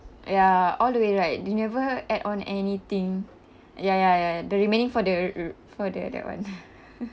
ya all the way right they never add on anything ya ya ya the remaining for the r~ for the that one